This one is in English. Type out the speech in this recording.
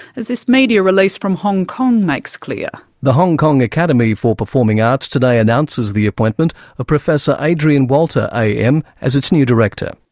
as this media release from hong kong makes clear reader the hong kong academy for performing arts today announces the appointment of professor adrian walter am as its new director.